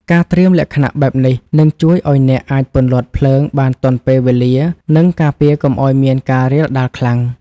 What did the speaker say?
ការត្រៀមលក្ខណៈបែបនេះ នឹងជួយឱ្យអ្នកអាចពន្លត់ភ្លើងបានទាន់ពេលវេលា និងការពារកុំឱ្យមានការរាលដាលខ្លាំង។